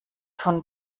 von